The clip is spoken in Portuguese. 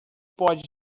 pode